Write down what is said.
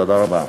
תודה רבה.